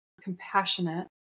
compassionate